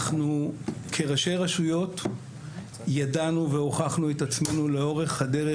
כראשי רשויות ידענו והוכחנו את עצמנו לאורך הדרך,